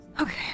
Okay